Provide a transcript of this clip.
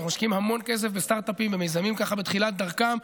אנחנו משקיעים המון כסף בסטרטאפים בתחילת דרכם.